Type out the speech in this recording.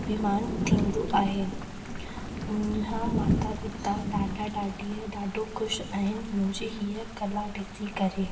अभिमान थींदो आहे मुंहिंजे माता पिता ॾाॾा ॾाॾीअ ॾाढो ख़ुशि आहिनि ऐं मुंहिंजी हीअं कला ॾिसी करे